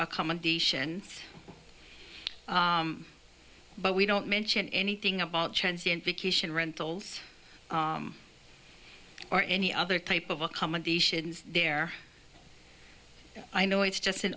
accommodation but we don't mention anything about vacation rentals or any other type of accommodations there i know it's just an